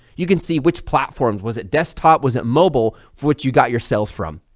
you can see which platforms was it desktop, was it mobile, for which you got your sales from.